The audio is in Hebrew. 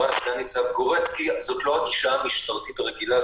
אמרה סגן-ניצב גורצקי: זו לא הגישה המשטרתית הרגילה,